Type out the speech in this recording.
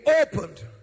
opened